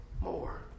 more